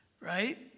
Right